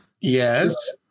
Yes